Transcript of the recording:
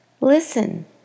listen